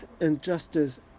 injustice